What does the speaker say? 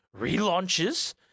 relaunches